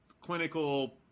clinical